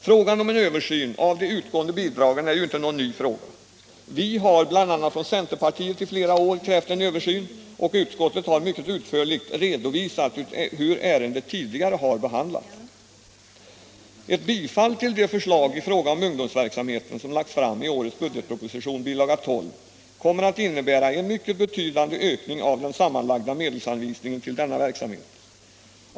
Frågan om en översyn av de utgående bidragen är ju inte någon ny fråga. Vi har bl.a. från centerpartiet i flera år krävt en översyn, och utskottet har mycket utförligt redovisat hur ärendet tidigare har behandlats. Ett bifall till de förslag i fråga om ungdomsverksamheten som lagts fram i årets budgetproposition kommer att innebära en mycket betydande ökning av den sammanlagda medelsanvisningen till denna verksamhet.